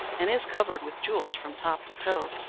and is covered with jewels from top to toe,